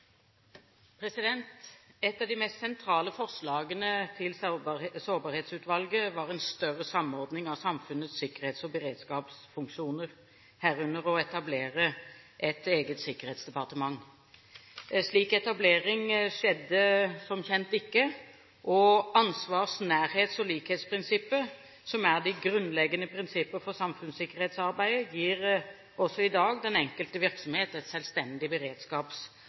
Et av de mest sentrale forslagene til Sårbarhetsutvalget var en større samordning av samfunnets sikkerhets- og beredskapsfunksjoner, herunder å etablere et eget sikkerhetsdepartement. Slik etablering skjedde som kjent ikke, og ansvars-, nærhets- og likhetsprinsippet, som er de grunnleggende prinsipper for samfunnssikkerhetsarbeidet, gir også i dag den enkelte virksomhet et selvstendig